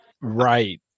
Right